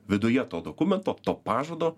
viduje to dokumento to pažado